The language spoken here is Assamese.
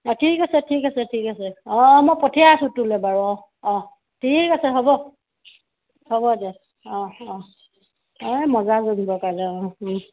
ঠিক আছে ঠিক আছে ঠিক আছে অঁ মই পঠিয়াই আছোঁ তোলৈ বাৰু অঁ অঁ ঠিক আছে হ'ব হ'ব দে অঁ অঁ এই মজা জমিব কাইলৈ অঁ